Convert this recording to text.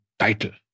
title